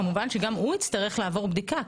כמובן שגם הוא יצטרך לעבור בדיקה,